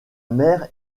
mer